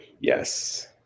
Yes